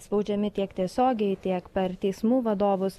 spaudžiami tiek tiesiogiai tiek per teismų vadovus